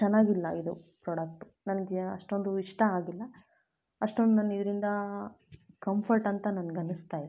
ಚೆನ್ನಾಗಿಲ್ಲ ಇದು ಪ್ರೊಡಕ್ಟು ನನಗೆ ಅಷ್ಟೊಂದು ಇಷ್ಟ ಆಗಿಲ್ಲ ಅಷ್ಟೊಂದು ನನ್ನ ಇದರಿಂದ ಕಂಫರ್ಟ್ ಅಂತ ನನ್ಗೆ ಅನ್ನಿಸ್ತಾ ಇಲ್ಲ